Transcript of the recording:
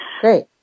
great